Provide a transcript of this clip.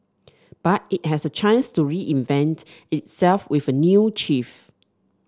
but it has a chance to reinvent itself with a new chief